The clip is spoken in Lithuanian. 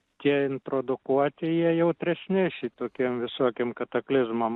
tie introdukuoti jie jautresni šitokiem visokiem kataklizmam